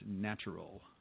natural